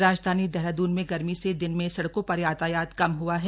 राजधानी देहरादून में गर्मी से दिन में सड़कों पर यातायात कम हुआ है